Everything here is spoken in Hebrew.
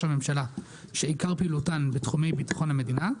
הממשלה שעיקר פעילותן בתחומי ביטחון המדינה,